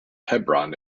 hebron